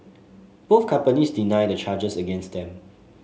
both companies deny the charges against them